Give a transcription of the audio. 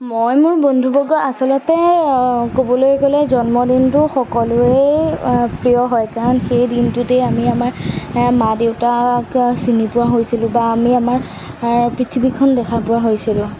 মই মোৰ বন্ধুবৰ্গ আচলতে ক'বলৈ গ'লে জন্মদিনটো সকলোৰেই প্ৰিয় হয় কাৰণ সেই দিনটোতেই আমি আমাৰ মা দেউতাক চিনি পোৱা হৈছিলোঁ বা আমি আমাৰ পৃথিৱীখন দেখা পোৱা হৈছিলোঁ